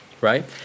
Right